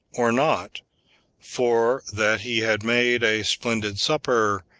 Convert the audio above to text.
or not for that he had made a splendid supper,